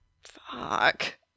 fuck